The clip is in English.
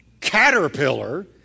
caterpillar